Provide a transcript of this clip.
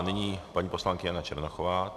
Nyní paní poslankyně Jana Černochová.